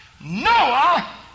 Noah